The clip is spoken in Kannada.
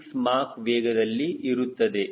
6 ಮಾಕ್ ವೇಗದಲ್ಲಿ ಇರುತ್ತದೆ